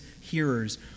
hearers